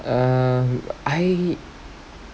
um I